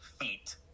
feet